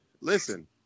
listen